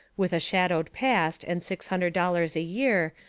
with a shadowed past and six hundred dollars a year,